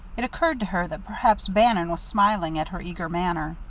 it occurred to her that perhaps bannon was smiling at her eager manner.